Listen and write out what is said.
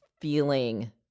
feeling